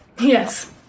Yes